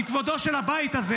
מכבודו של הבית הזה,